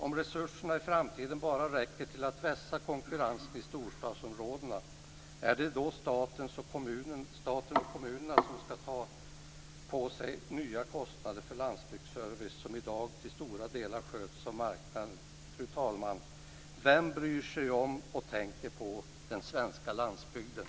Om resurserna i framtiden bara räcker till att vässa konkurrensen i storstadsområdena, är det då staten och kommunerna som ska ta på sig nya kostnader för den landsbygdsservice som i dag till stora delar sköts av marknaden? Fru talman! Vem bryr sig om och tänker på den svenska landsbygden?